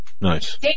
Nice